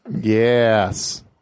Yes